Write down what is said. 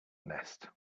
nest